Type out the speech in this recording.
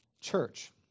church